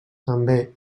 també